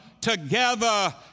together